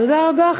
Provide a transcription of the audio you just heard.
תודה רבה.